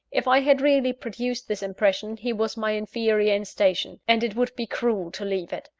if i had really produced this impression, he was my inferior in station, and it would be cruel to leave it.